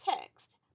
text